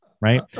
Right